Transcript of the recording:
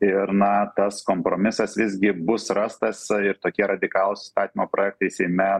ir na tas kompromisas visgi bus rastas ir tokie radikalūs įstatymo projektai seime